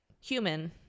human